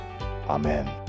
Amen